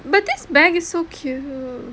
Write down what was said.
but this bag is so cute